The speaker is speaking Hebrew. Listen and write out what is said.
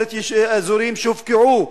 אומרת שיש אזורים שיופקעו.